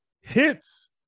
hits